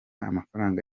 amafaranga